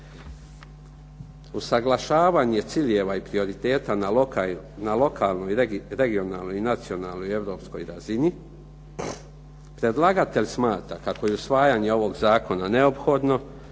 usaglašavanje ciljeva i prioriteta na lokalnoj regionalnoj i nacionalnoj europskoj razini predlagatelj smatra kako je usvajanje ovog zakona neophodno